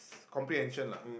comprehension lah